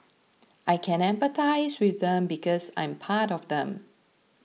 I can empathise with them because I'm part of them